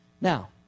Now